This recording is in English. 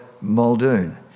Muldoon